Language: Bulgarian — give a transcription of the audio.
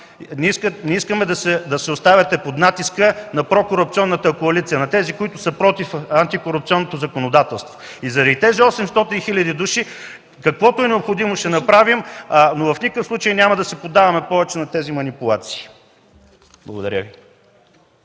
Не искаме да се оставяте под натиска на прокорупционната коалиция, на тези, които са против антикорупционното законодателство.” Заради тези 800 000 души ще направим каквото е необходимо, но в никакъв случай повече няма да се подаваме на тези манипулации. Благодаря.